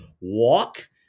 walk